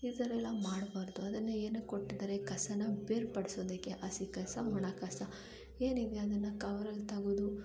ಈ ಥರ ಎಲ್ಲ ಮಾಡಬಾರ್ದು ಅದನ್ನು ಏನಕ್ಕೆ ಕೊಟ್ಟಿದ್ದಾರೆ ಕಸನ ಬೇರ್ಪಡಿಸೊದಕ್ಕೆ ಹಸಿಕಸ ಒಣಕಸ ಏನಿದೆ ಅದನ್ನು ಕವರಲ್ಲಿ ತೆಗ್ದು